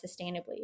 sustainably